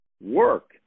work